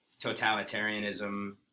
totalitarianism